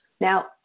Now